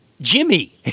Jimmy